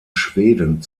schweden